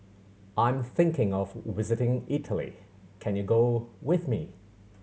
I'm thinking of visiting Italy can you go with me